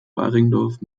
baringdorf